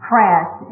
Crash